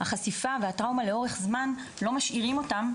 החשיפה והטראומה לאורך זמן לא משאירה אותם,